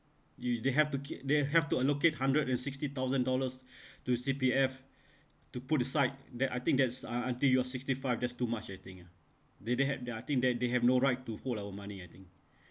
ye~ they have to kee~ they have to allocate hundred and sixty thousand dollars to C_P_F to put aside then I think that's uh until you are sixty five that's too much I think ah they they had I think that they have no right to hold our money I think